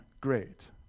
great